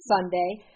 Sunday